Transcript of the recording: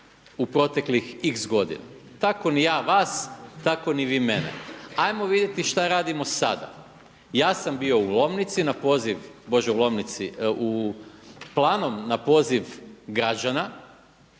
u proteklih x godina, tako ni ja vas, tako ni vi mene. Ajmo vidjeti šta radimo sada, ja sam bio u Lomnici na poziv, Bože u Lomnici, u Planom na poziv građana,